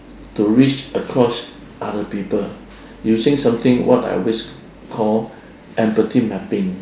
to reach across other people using something what I always call empathy mapping